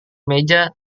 meja